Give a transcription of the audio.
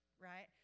right